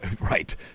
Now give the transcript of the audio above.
Right